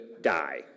die